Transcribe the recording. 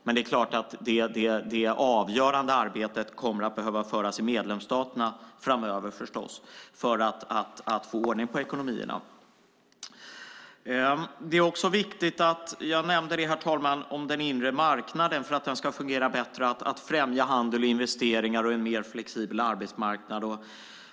Men det avgörande arbetet för att få ordning på ekonomierna kommer helt klart att behöva göras i medlemsstaterna framöver. Herr talman! För att den inre marknaden ska fungera bättre är det viktigt att främja handel, investeringar och en mer flexibel arbetsmarknad.